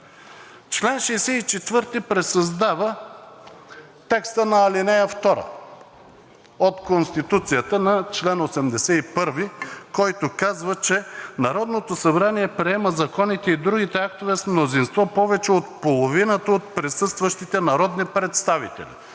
Чл. 64 пресъздава текста на ал. 2 от Конституцията на чл. 81, който казва че: „Народното събрание приема законите и другите актове с мнозинство повече от половината от присъстващите народни представители.“